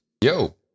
Yo